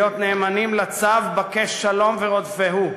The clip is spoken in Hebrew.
להיות נאמנים לצו "בקש שלום ורדפהו".